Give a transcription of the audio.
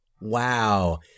wow